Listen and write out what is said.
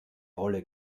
rolle